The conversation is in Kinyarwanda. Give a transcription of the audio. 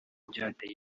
byateye